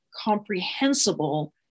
comprehensible